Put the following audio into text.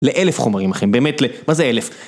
לאלף חומרים אחרים, באמת, ל...מה זה אלף?